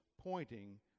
pointing